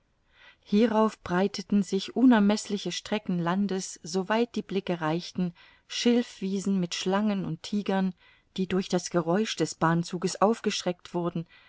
hierauf breiteten sich unermeßliche strecken landes soweit die blicke reichten schilfwiesen mit schlangen und tigern die durch das geräusch des bahnzuges aufgeschreckt wurden